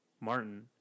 Martin